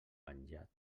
penjat